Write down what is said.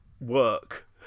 work